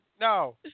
No